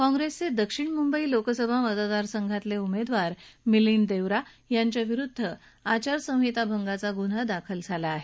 काँग्रस्त्रि विक्षिण मुंबई लोकसभा मतदारसंघातल उमद्विार मिलिंद दक्ति यांच्या विरुद्ध आचारसंहिता भंगाचा गुन्हा दाखल झाला आह